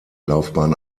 laufbahn